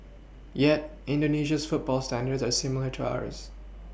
yet indonesia's football standards are similar to ours